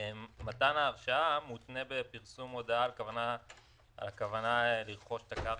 מתן ההרשאה מותנה בפרסום הודעה על כוונה לרכוש את הקרקע.